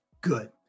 good